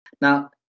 Now